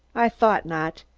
i thought not.